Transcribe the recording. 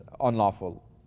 unlawful